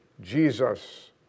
Jesus